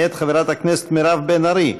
מאת חברת הכנסת מירב בן ארי,